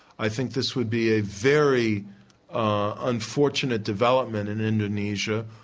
i think this would be a very unfortunate development in indonesia,